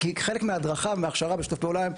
כי חלק מההדרכה ומההכשרה בשיתוף פעולה עם